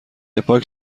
پاک